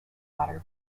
water